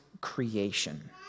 creation